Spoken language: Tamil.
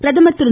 பிரதமர் திரு